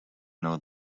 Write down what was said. know